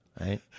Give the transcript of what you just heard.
Right